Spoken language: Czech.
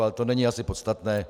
Ale to není asi podstatné.